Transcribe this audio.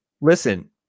Listen